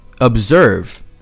observe